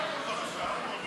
עוד שלוש דקות.